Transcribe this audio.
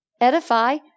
Edify